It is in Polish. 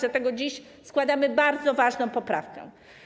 Dlatego dziś składamy bardzo ważną poprawkę.